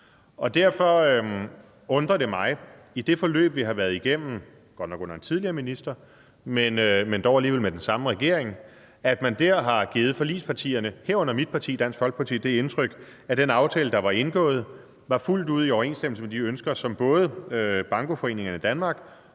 Derfor undrer det mig, at man i det forløb, vi har været igennem – godt nok under en tidligere minister, men dog alligevel med den samme regering – har givet forligspartierne, herunder mit parti, Dansk Folkeparti, det indtryk, at den aftale, der var indgået, var fuldt ud i overensstemmelse med de ønsker, som både Bankoforeningerne i Danmark